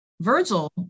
Virgil